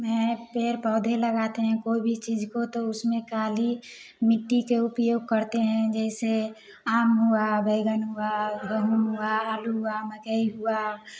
मैं पेड़ पौधे लगाते हैं कोई भी चीज को तो उसमें काली मिट्टी के उपयोग करते हैं जैसे आम हुआ बैगन हुआ गेहूँ हुआ आलू हुआ मकई हुआ